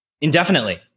indefinitely